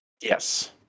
Yes